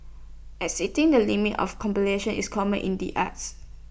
exceeding the limits of competition is common in the arts